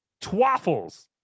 Twaffles